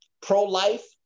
pro-life